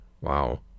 Wow